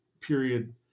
period